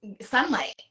sunlight